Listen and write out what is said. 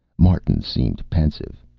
martin seemed pensive.